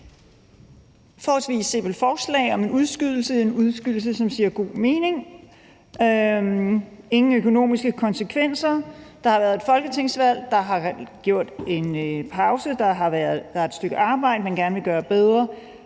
forholdsvis simpelt forslag om en udskydelse – en udskydelse, som giver god mening og ikke har nogen økonomiske konsekvenser. Der har været et folketingsvalg, så der har været en pause, og der er et stykke arbejde, man gerne vil gøre bedre.